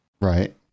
Right